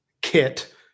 Kit